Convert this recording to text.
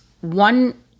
one